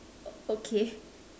o~ okay